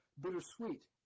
bittersweet